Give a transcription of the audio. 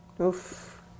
Oof